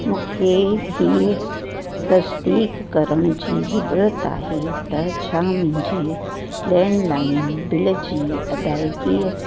मूंखे हीअ तशदीक करण जी ज़रूरत आहे त छा मुंहिंजी लैंडलाइन बिल जी अदायगीअ